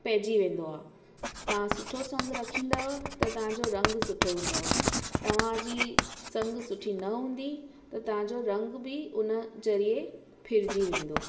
पइजी वेंदो आहे तव्हां सुठो संगु रखंदव त तव्हांजो रंगु सुठो हूंदव तव्हांजी संगु सुठी न हूंदी त तव्हांजो रंगु बि उन ज़रिए फिरिजी वेंदो